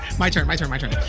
my turn. my turn. my turn.